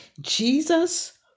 Jesus